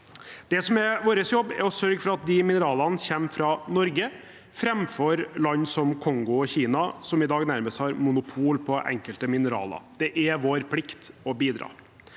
Det som er vår jobb, er å sørge for at de mineralene kommer fra Norge framfor fra land som Kongo og Kina, som i dag nærmest har monopol på enkelte mineraler. Det er vår plikt å bidra.